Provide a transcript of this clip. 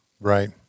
Right